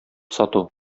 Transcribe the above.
сату